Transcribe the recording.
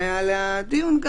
שהיה עליה דיון,